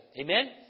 Amen